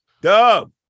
dub